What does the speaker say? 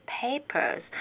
papers